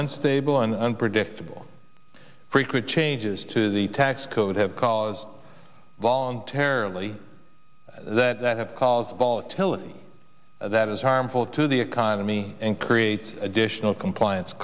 unstable and unpredictable frequent changes to the tax code have caused voluntarily that have caused volatility that is harmful to the economy and creates additional compliance